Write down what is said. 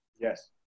Yes